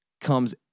comes